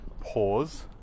pause